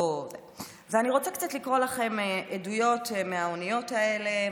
ואני רוצה קצת לקרוא לכם עדויות מהאוניות האלה.